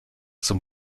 zum